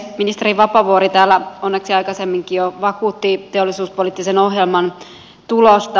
ministeri vapaavuori täällä onneksi aikaisemminkin jo vakuutti teollisuuspoliittisen ohjelman tulosta